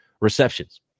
receptions